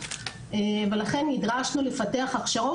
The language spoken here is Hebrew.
ולכן נדרשנו לפתח הכשרות,